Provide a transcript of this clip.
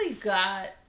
got